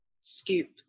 scoop